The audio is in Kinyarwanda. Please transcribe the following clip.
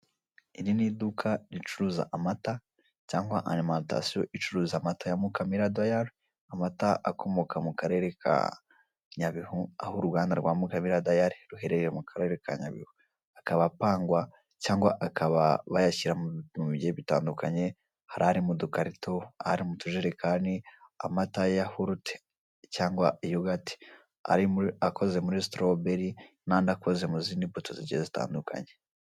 Iri ni iduka ricuruza amata cyangwa arimantasiyo icuruza amata ya Mukamira dayari. Amata akomoka mu karere ka Nyabihu aho uruganda rwa Mukamira dayari ruherereye mu karere ka Nyabihu. Akaba apangwa cyangwa akaba bayashyira mu tuntu tugiye dutandukanye. Hari ari mu dukarito, ari mu tujerekani, amata ya yahurute cyangwa yogati, akoze muri sitorowu beri n'andi akoze mu zindi mbuto zigiye zitandukanye.